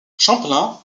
champlain